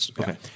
Okay